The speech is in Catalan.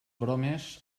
bromes